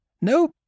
No